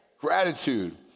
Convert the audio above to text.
Gratitude